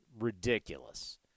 ridiculous